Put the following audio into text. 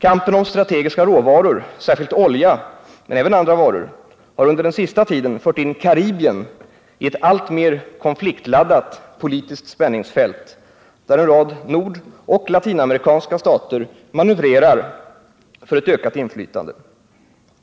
Kampen om strategiska råvaror, särskilt olja men även andra varor, har under den senaste tiden fört in Karibien i ett alltmer konfliktladdat politiskt spänningsfält, där en rad nordoch latinamerikanska stater manövrerar för ett ökat inflytande.